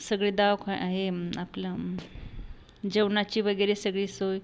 सगळे दावखा ए आपलं जेवनाची वगेरे सगळी सोय